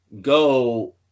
go